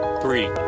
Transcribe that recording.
three